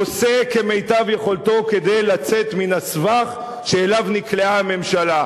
עושה כמיטב יכולתו כדי לצאת מן הסבך שאליו נקלעה הממשלה.